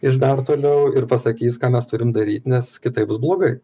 iš dar toliau ir pasakys ką mes turim daryt nes kitaip bus blogai